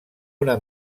una